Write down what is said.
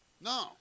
No